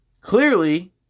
clearly